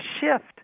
shift